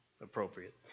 appropriate